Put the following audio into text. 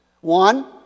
One